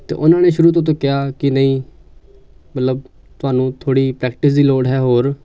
ਅਤੇ ਉਹਨਾਂ ਨੇ ਸ਼ੁਰੂ ਤੋਂ ਤੂੰ ਕਿਹਾ ਕਿ ਨਹੀਂ ਮਤਲਬ ਤੁਹਾਨੂੰ ਥੋੜ੍ਹੀ ਪ੍ਰੈਕਟਿਸ ਦੀ ਲੋੜ ਹੈ ਹੋਰ